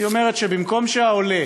היא אומרת שבמקום שהעולה